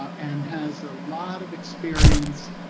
and has a lot of experience